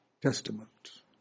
Testament